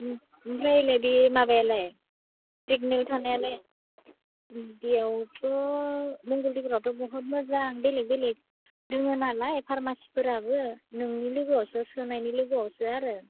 ओमफ्राय नैबे मबायालाय प्रेगनेन्ट थानायालाय बेयावथ' मंगलदैफोरावथ' बहुद मोजां बेलेग बेलेग दोङो नालाय फार्मासिफोराबो नोंनि लोगोआवसो सोनायनि लोगोआवसो आरो